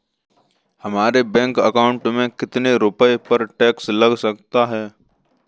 हमारे bank account में कितने रुपये पर टैक्स लग सकता है?